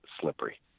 slippery